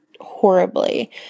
horribly